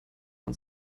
man